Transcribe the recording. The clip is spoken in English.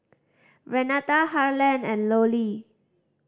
Renata Harlen and Lollie